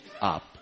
up